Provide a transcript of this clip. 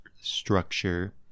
structure